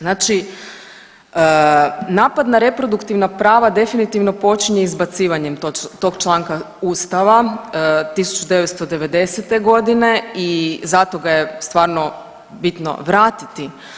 Znači napad na reproduktivna prava definitivno počinje izbacivanjem tog članka Ustava 1990. godine i zato ga je stvarno bitno vratiti.